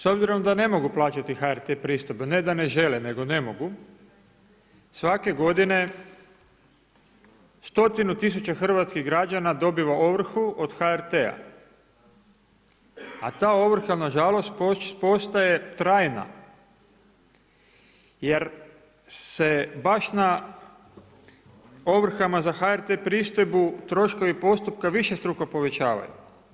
S obzirom da ne mogu plaćati HRT pristojbu, ne da ne žele, nego ne mogu, svake godine, stotine tisuće hrvatskih građana dobiva ovrhu od HRT-a, a ta ovrha, nažalost postaje trajna, jer se baš na ovrhama za HRT pristojbu, troškovi postupka višestruko povećavaju.